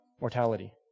mortality